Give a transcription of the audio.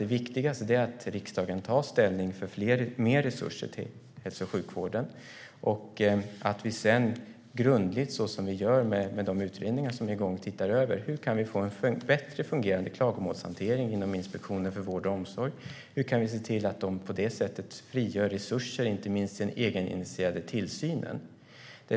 Det viktigaste tror jag är att riksdagen tar ställning för mer resurser till hälso och sjukvården och att vi sedan grundligt, så som vi gör med de utredningar som är igång, ser över hur vi kan få en bättre fungerande klagomålshantering inom Inspektionen för vård och omsorg och på det sättet frigöra resurser till den egeninitierade tillsynen.